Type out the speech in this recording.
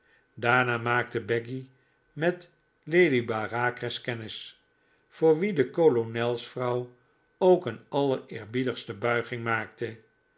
daarna maakte becky met lady bareacres kennis voor wie de kolonelsvrouw ook een allereerbiedigste buiging maakte